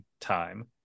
time